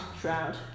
Shroud